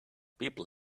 people